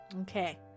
okay